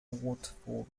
waterfall